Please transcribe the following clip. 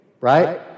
right